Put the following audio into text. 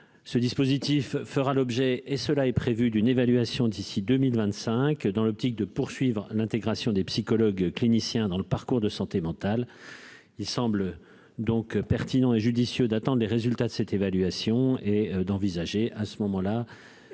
Ce dispositif fera l'objet, et cela est prévu, d'une évaluation d'ici 2025, dans l'optique de poursuivre l'intégration des psychologues cliniciens dans le parcours de santé mentale, il semble donc pertinent et judicieux d'attente des résultats de cette évaluation et d'envisager à ce moment-là,